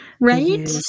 Right